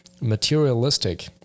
Materialistic